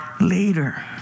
later